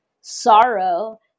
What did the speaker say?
sorrow